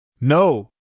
No